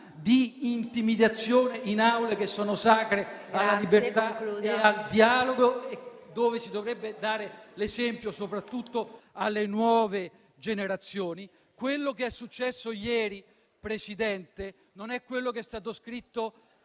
di intimidazione in Aule che sono sacre alla libertà e al dialogo, dove si dovrebbe dare l'esempio soprattutto alle nuove generazioni. Quello che è successo ieri, signora Presidente, non è quello che è stato scritto